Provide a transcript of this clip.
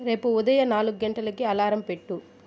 రేపు ఉదయ నాలుగు గంటలకి అలారం పెట్టు